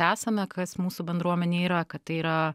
esame kas mūsų bendruomenė yra kad tai yra